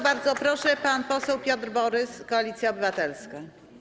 Bardzo proszę, pan poseł Piotr Borys, Koalicja Obywatelska.